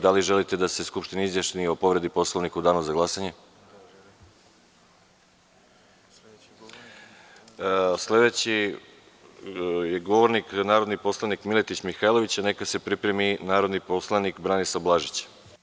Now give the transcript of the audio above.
Da li želite da se Skupština izjasni o povredi Poslovnika u danu za glasanje? (Da.) Sledeći govornik je narodni poslanik Miletić Mihajlović, a neka se pripremi narodni poslanik Branislav Blažić.